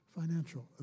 financial